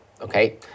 Okay